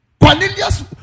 Cornelius